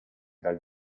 dal